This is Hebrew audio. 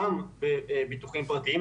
גם בביטוחים פרטיים,